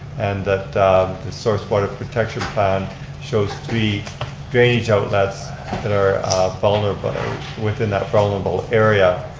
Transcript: and that the source water protection plan shows three drainage outlets that are vulnerable, within that vulnerable area.